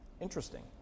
Interesting